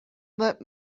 let